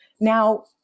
Now